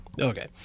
Okay